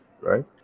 right